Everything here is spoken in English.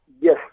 Yes